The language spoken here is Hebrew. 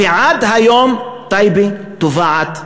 ועד היום טייבה טובעת בבוץ,